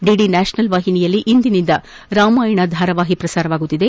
DD national ವಾಹಿನಿಯಲ್ಲಿ ಇಂದಿನಿಂದ ರಾಮಾಯಣ ಧಾರಾವಾಹಿ ಪ್ರಸಾರವಾಗುತ್ತಿದೆ